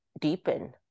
deepen